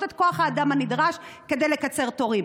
את כוח האדם הנדרש כדי לקצר תורים.